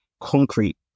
concrete